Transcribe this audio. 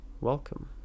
welcome